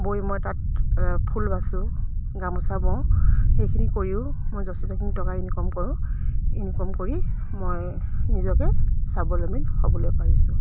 বৈ মই তাত ফুল বাচোঁ গামোচা বওঁ সেইখিনি কৰিও মই যথেষ্টখিনি টকা ইনকম কৰোঁ ইনকম কৰি মই নিজকে স্বাৱলম্বী হ'বলৈ পাৰিছোঁ